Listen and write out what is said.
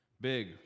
Big